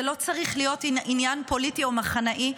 זה לא צריך להיות עניין פוליטי או מחנאי.